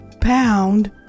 pound